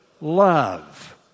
love